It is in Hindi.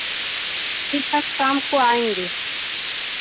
ठीक है शाम को आएंगे